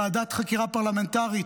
ועדת חקירה פרלמנטרית,